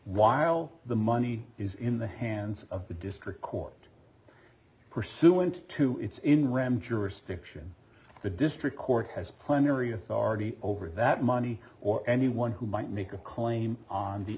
while the money is in the hands of the district court pursuant to it's in ram jurisdiction the district court has plenary authority over that money or anyone who might make a claim on the